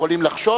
יכולים לחשוב.